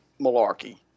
malarkey